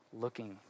looking